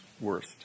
worst